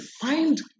find